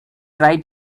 try